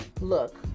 Look